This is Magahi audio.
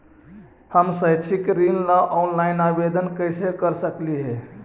हम शैक्षिक ऋण ला ऑनलाइन आवेदन कैसे कर सकली हे?